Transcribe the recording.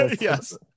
Yes